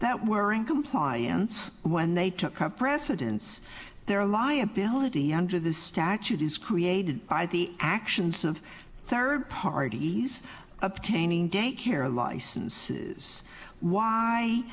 that were in compliance when they took come precedence their liability under the statute is created by the actions of third parties obtaining daycare licenses why